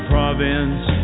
Province